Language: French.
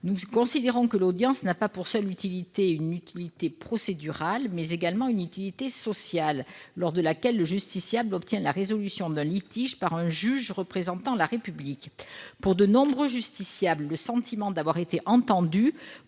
Nous considérons que l'audience possède non pas uniquement une utilité procédurale, mais également une utilité sociale, puisque le justiciable y obtient la résolution d'un litige par un juge représentant la République. Pour de nombreux justiciables, le sentiment d'avoir été entendus